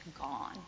gone